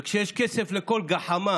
וכשיש כסף לכל גחמה